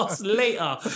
later